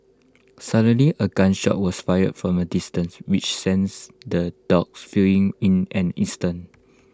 suddenly A gun shot was fired from A distance which sends the dogs fleeing in an instant